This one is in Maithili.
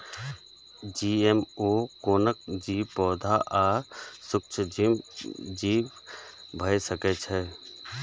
जी.एम.ओ कोनो जीव, पौधा आ सूक्ष्मजीव भए सकै छै